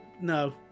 no